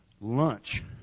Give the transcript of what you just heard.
lunch